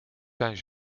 zijn